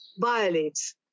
violates